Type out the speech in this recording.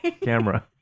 camera